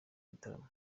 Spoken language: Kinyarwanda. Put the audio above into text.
gitaramo